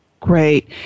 Great